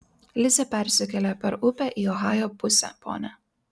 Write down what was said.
lizė persikėlė per upę į ohajo pusę ponia